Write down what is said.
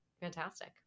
fantastic